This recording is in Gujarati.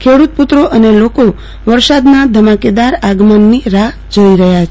ખેડુતપુત્રો અને લોકો વરસાદના ધમાકેદાર આગમનની રાહ્ જોઈ રહ્યા છે